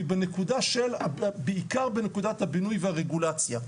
היא בעיקר בנקודת הבינוי והרגולציה.